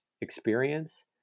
experience